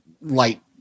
light